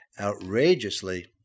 outrageously